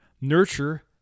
Nurture